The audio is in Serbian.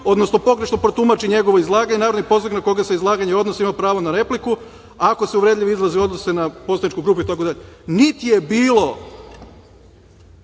odnosno pogrešno protumači njegovo izlaganje, narodni poslanik na koga se izlaganje odnosi, ima pravo na repliku, ako se uvredljivi izrazi odnose na poslaničku grupu, itd. Nit je bilo